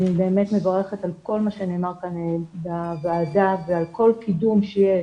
אני מברכת על כל מה שנאמר כאן בוועדה ועל כל קידום שיהיה